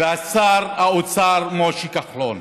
ושר האוצר משה כחלון.